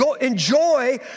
enjoy